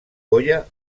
goya